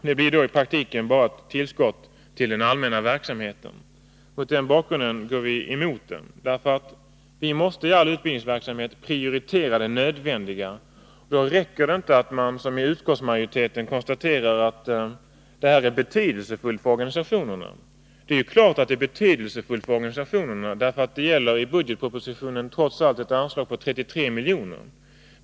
Det blir då i praktiken bara ett tillskott till den allmänna verksamheten. Mot den bakgrunden går vi emot detta. Vi måste i all utbildningsverksamhet prioritera det nödvändiga. Då räcker det inte att man som utskottsmajoriteten konstaterar att detta är betydelsefullt för organisationerna. Det är klart att det är betydelsefullt för organisationerna, ty det gäller i budgetpropositionen trots allt ett anslag på 33 milj.kr.